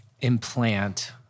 implant